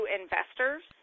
investors